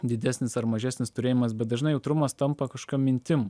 didesnis ar mažesnis turėjimas bet dažnai jautrumas tampa kažkokiom mintim